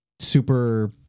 super